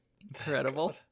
Incredible